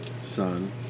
son